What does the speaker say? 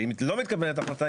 ואם לא מתקבלת החלטה,